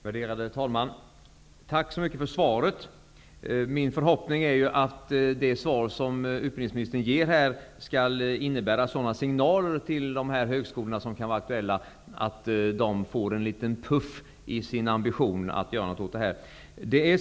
Värderade talman! Jag tackar så mycket för svaret. Min förhoppning är att det svar som utbildningsministern ger här skall innebära sådana signaler till de högskolor som kan vara aktuella att de får en liten puff i sin ambition att göra något åt det här.